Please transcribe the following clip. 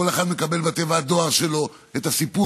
כל אחד מקבל בתיבת הדואר שלו את הסיפור